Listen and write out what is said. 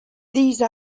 these